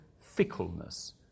fickleness